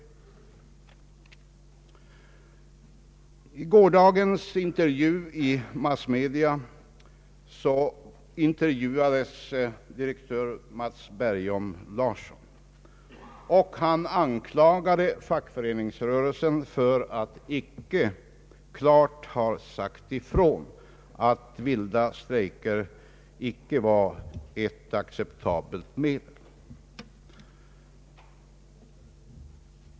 I gårdagens intervju i TV utfrågades direktör Matts Bergom Larsson, och han anklagade fackföreningsrörelsen för att inte klart ha sagt ifrån att vilda strejker inte var ett acceptabelt stridsmedel.